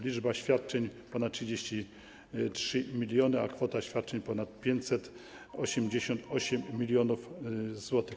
Liczba świadczeń wyniosła ponad 33 mln, a kwota świadczeń - ponad 588 mln zł.